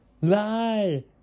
lie